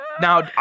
Now